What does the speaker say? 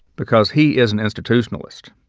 because he is an institutionalist.